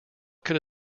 could